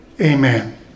amen